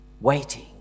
waiting